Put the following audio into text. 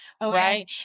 Right